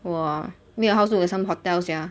!wah! mei you house look like some hotel sia